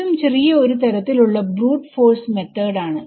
ഇതും ചെറിയ ഒരു തരത്തിൽ ഉള്ള ബ്രൂട്ട് ഫോഴ്സ് മെത്തോഡ് ആണ്